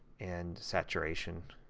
and saturation